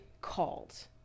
called